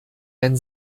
wenn